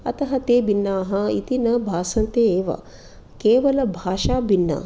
अतः ते भिन्नाः इति न भासन्ते एव केवल भाषा भिन्ना